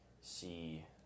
see